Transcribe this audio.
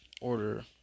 order